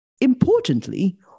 Importantly